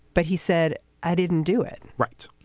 but he said i didn't do it right.